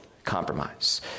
Compromise